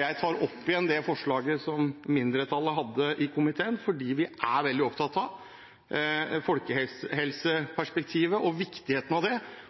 Jeg tar opp forslaget fra mindretallet i komiteen. Vi er veldig opptatt av folkehelseperspektivet og viktigheten av det,